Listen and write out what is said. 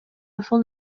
ошол